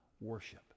worship